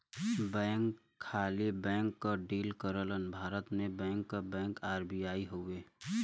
bank खाली bank क deal करलन भारत में बैंक क बैंक आर.बी.आई हउवे